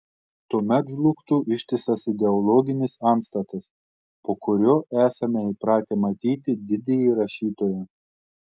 tuomet žlugtų ištisas ideologinis antstatas po kuriuo esame įpratę matyti didįjį rašytoją